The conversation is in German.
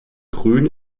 grün